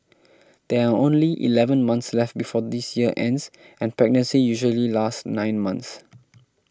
there are only eleven months left before this year ends and pregnancy usually lasts nine months